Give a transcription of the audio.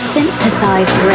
Synthesized